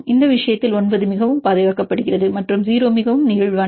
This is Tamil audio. இந்த விஷயத்தில் 9 மிகவும் பாதுகாக்கப்படுகிறது மற்றும் 0 மிகவும் நெகிழ்வானது